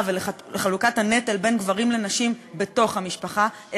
וחלוקת הנטל בין גברים לנשים בתוך המשפחה,